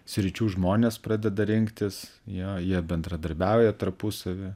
sričių žmonės pradeda rinktis jie jie bendradarbiauja tarpusavy